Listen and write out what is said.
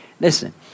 Listen